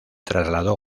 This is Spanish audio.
trasladó